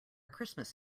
christmas